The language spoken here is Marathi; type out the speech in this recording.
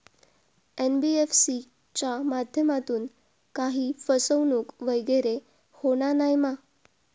एन.बी.एफ.सी च्या माध्यमातून काही फसवणूक वगैरे होना नाय मा?